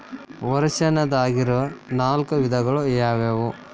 ವರ್ಷಾಶನದಾಗಿರೊ ನಾಲ್ಕು ವಿಧಗಳು ಯಾವ್ಯಾವು?